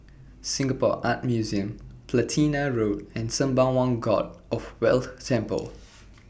Singapore Art Museum Platina Road and Sembawang God of Wealth Temple